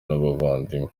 n’abavandimwe